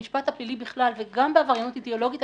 במשפט הפלילי בכלל וגם בעבריינות אידיאולוגית,